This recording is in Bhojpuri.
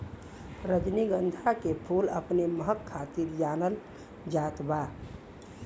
रजनीगंधा के फूल अपने महक खातिर जानल जात बा